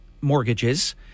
mortgages